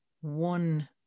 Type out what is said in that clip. one